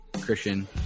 Christian